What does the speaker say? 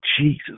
Jesus